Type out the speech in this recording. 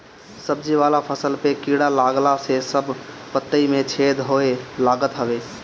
सब्जी वाला फसल पे कीड़ा लागला से सब पतइ में छेद होए लागत हवे